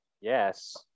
Yes